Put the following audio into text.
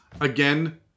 Again